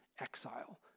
exile